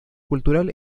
cultural